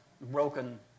broken